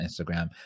Instagram